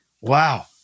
Wow